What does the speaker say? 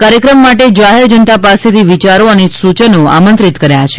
આ કાર્યક્રમ માટે જાહેર જનતા પાસેથી વિયારો અને સૂચનો આમંત્રિત કર્યા છે